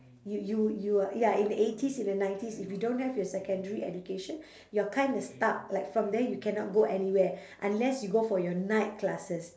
you you you are ya in the eighties in the nineties if you don't have your secondary education you're kinda stuck like from there you cannot go anywhere unless you go for your night classes